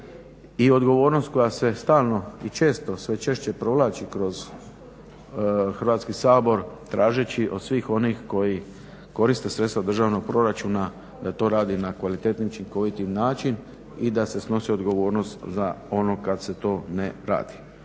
i odgovornost koja se stalno i često sve češće provlači kroz Hrvatski sabor tražeći od svih onih koji koriste sredstva državnog proračuna da to radi na kvalitetniji i učinkoviti način i da se snosi odgovornost za ono kad se to ne radi.